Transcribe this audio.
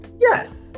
yes